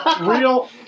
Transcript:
real